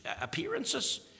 appearances